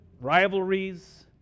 rivalries